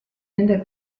nende